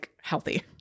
healthy